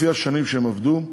לפי השנים שהם עבדו,